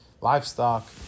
livestock